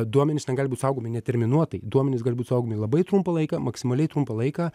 duomenys negali būt saugomi neterminuotai duomenys gali būti saugomi labai trumpą laiką maksimaliai trumpą laiką